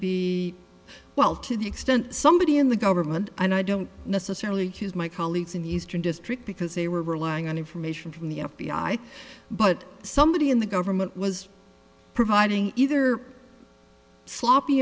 be well to the extent somebody in the government and i don't necessarily here's my colleagues in the eastern district because they were relying on information from the f b i but somebody in the government was providing either sloppy